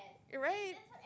you're right